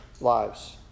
lives